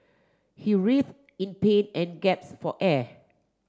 he writhed in pain and gasped for air